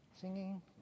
singing